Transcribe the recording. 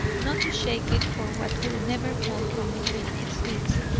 not to shake it for what will never fall from between its leaves,